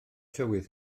tywydd